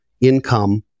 income